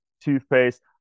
toothpaste